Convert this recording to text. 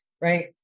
right